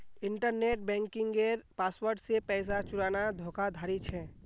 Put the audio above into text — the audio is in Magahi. इन्टरनेट बन्किंगेर पासवर्ड से पैसा चुराना धोकाधाड़ी छे